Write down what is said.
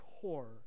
core